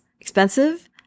expensive